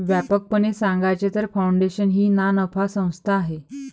व्यापकपणे सांगायचे तर, फाउंडेशन ही नानफा संस्था आहे